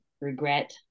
regret